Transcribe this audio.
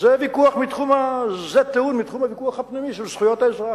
זה טיעון מתחום הוויכוח הפנימי של זכויות האזרח,